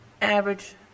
average